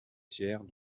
tiers